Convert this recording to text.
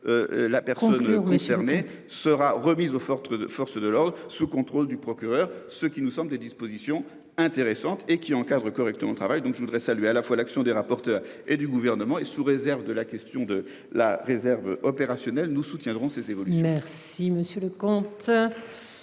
La personne concernée sera remise aux forces de forces de l'ordre sous contrôle du procureur. Ce qui nous sommes des dispositions intéressantes et qui encadre correctement travail donc je voudrais saluer à la fois l'action des rapporteurs et du gouvernement et sous réserve de la question de la réserve opérationnelle, nous soutiendrons c'est c'est. Merci, Monsieur le comte.